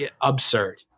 absurd